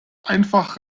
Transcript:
einfach